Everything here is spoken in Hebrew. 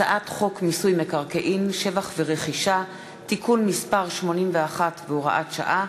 הצעת חוק מיסוי מקרקעין (שבח ורכישה) (תיקון מס' 81 והוראת שעה),